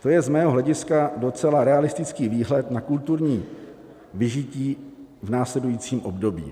To je z mého hlediska docela realistický výhled na kulturní vyžití v následujícím období.